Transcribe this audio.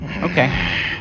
Okay